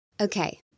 Okay